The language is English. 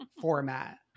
format